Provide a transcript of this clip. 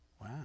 Wow